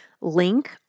link